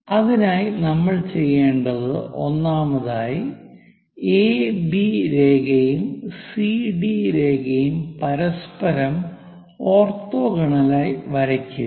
അതിനായി നമ്മൾ ചെയ്യേണ്ടത് ഒന്നാമതായി എബി രേഖയും സിഡി രേഖയും പരസ്പരം ഓർത്തോഗണലായി വരയ്ക്കുക